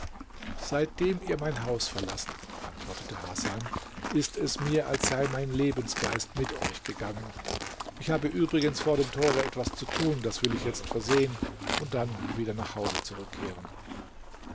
seitdem ihr mein haus verlassen antwortete hasan ist es mir als sei mein lebensgeist mit euch gegangen ich habe übrigens vor dem tore etwas zu tun das will ich jetzt versehen und dann wieder nach hause zurückkehren